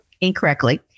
incorrectly